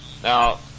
Now